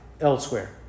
elsewhere